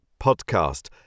podcast